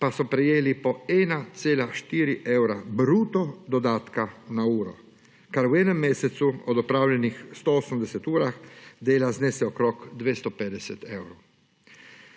pa so prejeli po 1,4 evra bruto dodatka za uro, kar v enem mesecu od opravljenih 180 urah dela znese okrog 250 evrov.